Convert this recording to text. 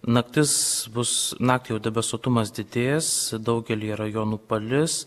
naktis bus naktį jau debesuotumas didės daugelyje rajonų palis